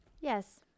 yes